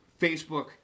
Facebook